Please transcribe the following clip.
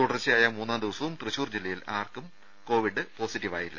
തുടർച്ചയായ മൂന്നാം ദിവസവും തൃശൂർ ജില്ലയിൽ ആരും കോവിഡ് പോസിറ്റീവായില്ല